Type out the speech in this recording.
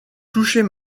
toucher